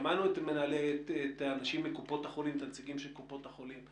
שמענו את האנשים והנציגים של קופות החולים.